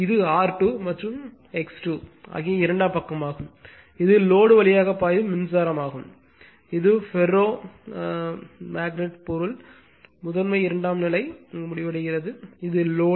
இது R2 மற்றும் X2 ஆகிய இரண்டாம் பக்கமாகும் இது லோடு வழியாக பாயும் மின்சாரமாகும் இது ஃபெரோ மேக்னட் பொருள் முதன்மை இரண்டாம் நிலை முடிவடைகிறது இது லோடு